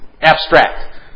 abstract